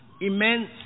immense